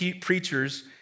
preachers